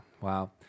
wow